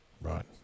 right